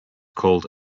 called